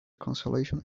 consolation